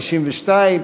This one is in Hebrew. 62,